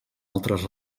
altres